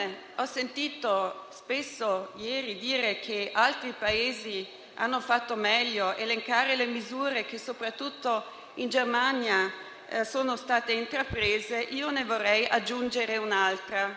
sono state intraprese, ne vorrei aggiungere un'altra. In Germania e in Austria, nella fase emergenziale, l'opposizione ha sostenuto il Governo, cosicché